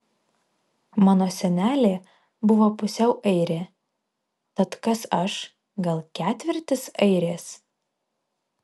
mano senelė buvo pusiau airė tad kas aš gal ketvirtis airės